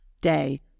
day